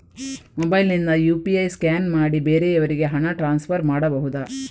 Mobile ನಿಂದ UPI scan ಮಾಡಿ ಬೇರೆಯವರಿಗೆ ಹಣ ಟ್ರಾನ್ಸ್ಫರ್ ಮಾಡಬಹುದ?